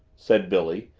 said billy,